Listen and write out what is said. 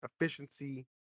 Efficiency